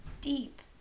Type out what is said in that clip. deep